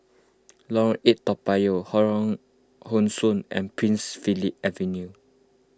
Lorong eight Toa Payoh Lorong How Sun and Prince Philip Avenue